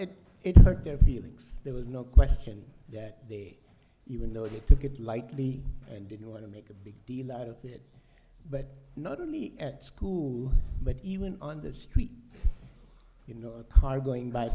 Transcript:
know it hurt their feelings there was no question that they even though they took it lightly and didn't want to make a big deal out of it but not only at school but even on the street you know a car going by